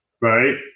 right